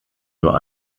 nur